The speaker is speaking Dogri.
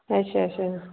अच्छा अच्छा